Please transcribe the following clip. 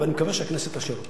ואני מקווה שהכנסת תאשר אותו.